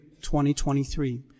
2023